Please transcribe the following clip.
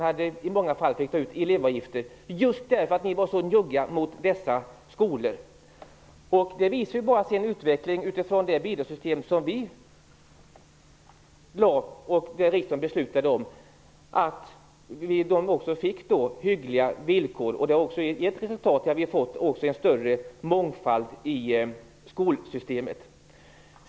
I många fall fick man ta ut elevavgifter, just därför att ni var så njugga mot dessa skolor. Utvecklingen med det bidragssystem som vi föreslog och riksdagen beslutade om visar att de fick hyggliga villkor. Det har också givit till resultat att vi åter har fått en större mångfald i skolsystemet.